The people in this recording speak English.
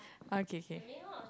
okay K